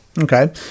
Okay